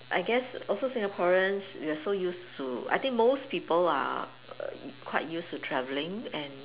I guess also Singaporeans we are so used to I think most people are err quite used to travelling and